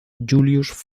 julius